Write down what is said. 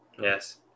Yes